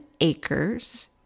acres